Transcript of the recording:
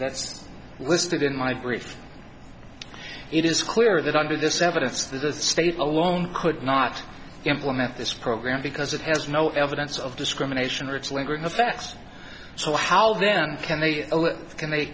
that's listed in my brief it is clear that under this evidence the state alone could not implement this program because it has no evidence of discrimination or its lingering effects so how then can they can they